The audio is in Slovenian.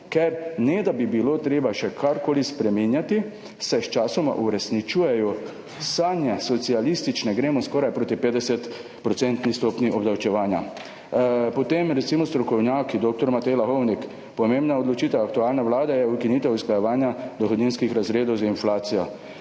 ker ne da bi bilo treba še karkoli spreminjati, se sčasoma uresničujejo sanje socialistične, gremo skoraj proti 50 % stopnji obdavčevanja. Potem recimo strokovnjaki, dr. Matej Lahovnik; pomembna odločitev aktualne Vlade je ukinitev usklajevanja dohodninskih razredov z inflacijo.